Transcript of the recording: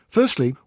Firstly